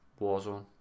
Warzone